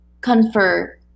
confer